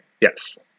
Yes